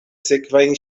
sekvaj